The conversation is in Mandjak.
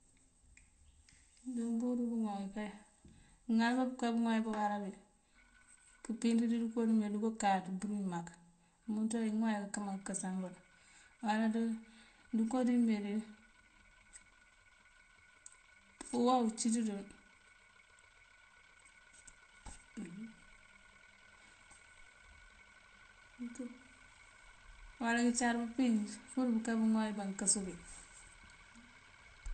Dí ubύru bёŋooy, mёёηalёba pёka bёŋooy baawarabi, kёёpinţёri di dukorí meenţí doká káaţ bёruwí mak. Umёnţёwí kёme mёёŋooy kёkёsan bul mak. Ndёnko dimedi ύwow ciţёrёl ma. uwal kёcar pёmpinţ pur pёka bёŋooy baankёёsё bú.